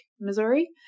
Missouri